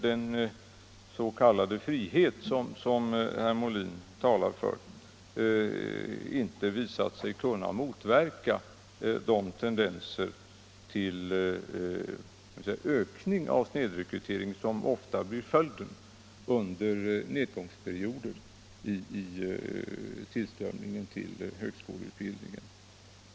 Den s.k. frihet som herr Molin talar för har visat sig inte kunna motverka de tendenser till ökning av snedrekryteringen som ofta blir följden under nedgångsperioder i tillströmningen till högskoleutbildning.